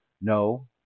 no